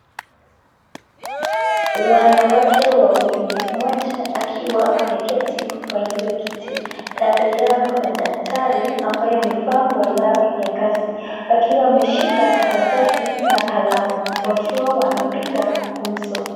Wanawake wawili mmoja akiwa ameketi kwa hilo kiti kando yao kuna daktari ambaye amevaa nguo lao ya kazi akiwa ameshika karatasi na kalamu wakiwa wanapiga gumzo.